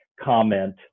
comment